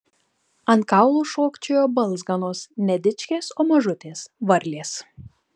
ant kaulų šokčiojo balzganos ne dičkės o mažutės varlės